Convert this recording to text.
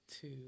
two